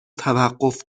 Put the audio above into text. توقف